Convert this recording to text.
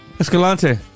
Escalante